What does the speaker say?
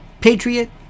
Patriot